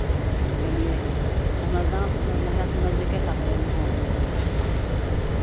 गेलियै हमरा गाँवसँ तऽ नैहरासँ तऽ नजदीके पड़ैत रहै नैहरासँ अशोकधाम